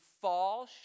fall